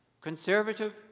conservative